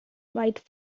white